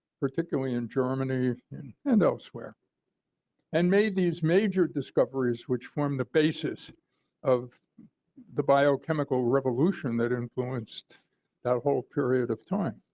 particularly in germany and elsewhere and made these major discoveries which formed the basis of the biochemical revolution that influenced that whole period of time.